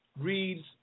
reads